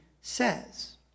says